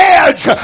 edge